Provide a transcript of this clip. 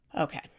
Okay